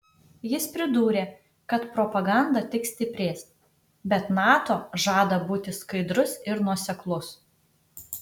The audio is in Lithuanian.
jis pridūrė kad propaganda tik stiprės bet nato žada būti skaidrus ir nuoseklus